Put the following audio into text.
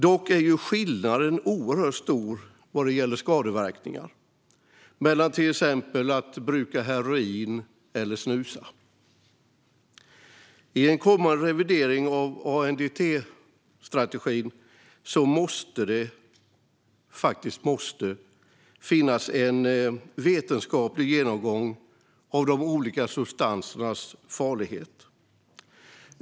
Dock är ju skillnaden oerhört stor vad gäller skadeverkningar mellan till exempel bruk av heroin och snus. I en kommande revidering av ANDT-strategin måste det - faktiskt måste - finnas en vetenskaplig genomgång av de olika substansernas farlighet.